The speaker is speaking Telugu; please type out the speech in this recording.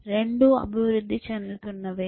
రెండూ అభివృద్ధి చెందుతున్నవే